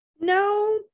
No